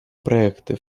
проекты